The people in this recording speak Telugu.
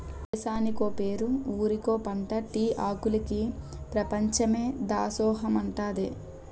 దేశానికో పేరు ఊరికో పంటా టీ ఆకులికి పెపంచమే దాసోహమంటాదే